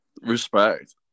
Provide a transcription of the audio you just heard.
Respect